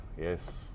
Yes